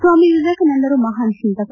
ಸ್ನಾಮಿ ವಿವೇಕಾನಂದರು ಮಹಾನ್ ಚಿಂತಕ